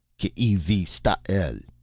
k'e vi stas el?